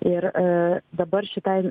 ir dabar šitai